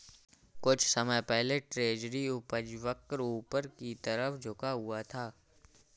कुछ समय पहले ट्रेजरी उपज वक्र ऊपर की तरफ झुका हुआ था